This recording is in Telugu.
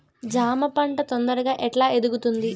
జామ పంట తొందరగా ఎట్లా ఎదుగుతుంది?